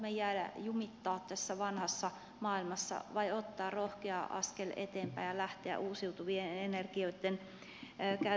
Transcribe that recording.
haluammeko jumittaa tässä vanhassa maailmassa vai ottaa rohkean askeleen eteenpäin ja lähteä uusiutuvien energioitten käytön tielle